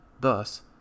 Thus